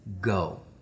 Go